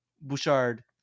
Bouchard